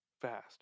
Fast